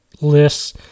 lists